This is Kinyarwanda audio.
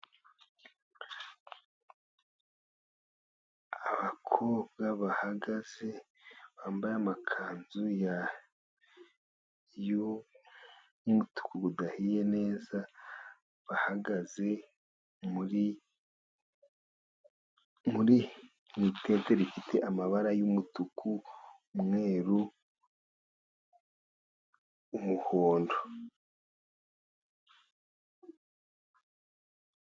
Abakobwa bahagaze bambaye amakanzu y'ubururu budahiye neza, bahagaze mu itente rifite amabara y'umutuku, umweru, n'umuhondo.